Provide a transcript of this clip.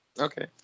Okay